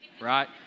right